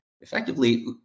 effectively